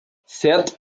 sept